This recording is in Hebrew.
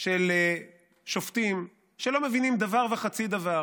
של שופטים, שלא מבינים דבר וחצי דבר